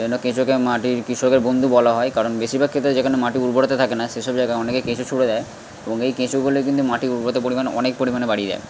সেই জন্য কেঁচোকে মাটির কৃষকের বন্ধু বলা হয় কারণ বেশিরভাগ ক্ষেত্রে যেখানে মাটির উর্বরতা থাকে না সেই সব জায়গায় অনেকে কেঁচো ছুঁড়ে দেয় এবং এই কেঁচোগুলি কিন্তু মাটির উর্বরতার পরিমাণ অনেক পরিমাণে বাড়িয়ে দেয়